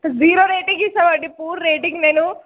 zero rating ఇస్తామండి poor rating నేను